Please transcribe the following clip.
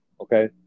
okay